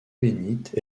bénite